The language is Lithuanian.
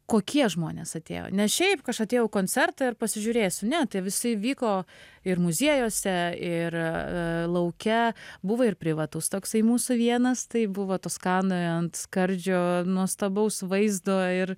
kokie žmonės atėjo ne šiaip kad aš atėjau į koncertą ir pasižiūrėsiu ne tai jisai vyko ir muziejuose ir lauke buvo ir privatus toksai mūsų vienas tai buvo toskanoje ant skardžio nuostabaus vaizdo ir